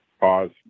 pause